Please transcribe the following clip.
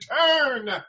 turn